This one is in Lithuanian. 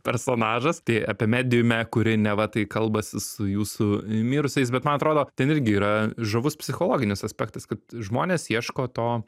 personažas tai apie mediumę kuri neva tai kalbasi su jūsų mirusiais bet man atrodo ten irgi yra žavus psichologinis aspektas kad žmonės ieško to